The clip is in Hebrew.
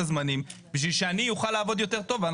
הזמנים בשביל שאני אוכל לעבוד יותר טוב.